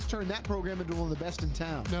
turned that program into one of the best in town.